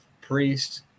Priest